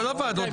כל הוועדות,